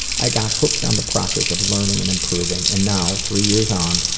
i got hooked on the process of learning and improving and now, three years on,